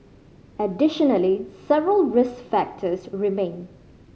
additionally several risk factors remain